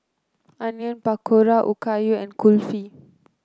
Onion Pakora Okayu and Kulfi